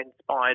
inspired